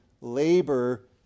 labor